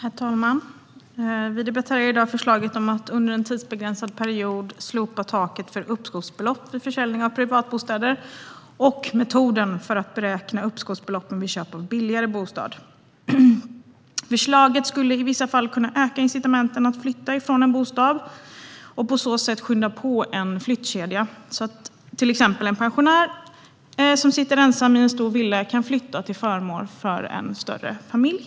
Herr talman! Vi debatterar i dag förslaget om att under en tidsbegränsad period slopa taket för uppskovsbelopp vid försäljning av privatbostäder och metoden för att beräkna uppskovsbeloppen vid köp av billigare bostad. Förslaget skulle i vissa fall kunna öka incitamenten att flytta ifrån en bostad och på så sätt skynda på en flyttkedja, så att till exempel en pensionär som sitter ensam i en stor villa kan flytta till förmån för en större familj.